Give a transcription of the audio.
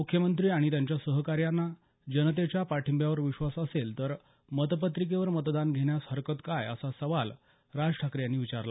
मुख्यमंत्री आणि त्यांच्या सहकाऱ्यांना जनतेच्या पाठिंब्यावर विश्वास असेल तर मतपत्रिकेवर मतदान घेण्यास हरकत काय असा प्रश्न राज ठाकरे यांनी विचारला